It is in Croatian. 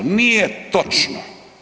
Nije točno.